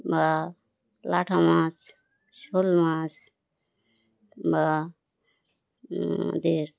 বা লাঠা মাছ শোল মাছ বা যে